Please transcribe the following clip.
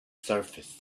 surface